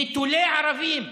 נטולי ערבים,